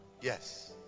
yes